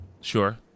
Sure